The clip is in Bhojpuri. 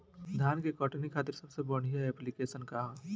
धान के कटनी खातिर सबसे बढ़िया ऐप्लिकेशनका ह?